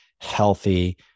healthy